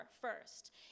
first